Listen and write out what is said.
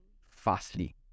fastly